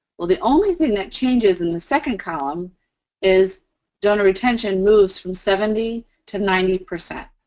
well, the only thing that changes in the second column is donor retention moves from seventy to ninety percent.